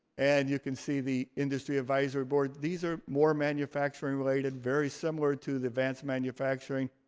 and you can see the industry advisory board. these are more manufacturing related, very similar to the advanced manufacturing.